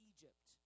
Egypt